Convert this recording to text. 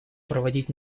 проводить